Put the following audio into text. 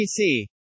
PC